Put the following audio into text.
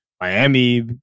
Miami